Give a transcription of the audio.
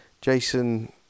Jason